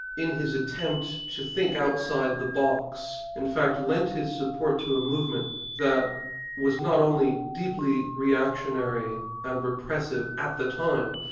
in his attempt to think outside the box, in fact lent his support to a movement that was not only deeply reactionary and repressive at the time,